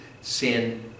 sin